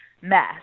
mess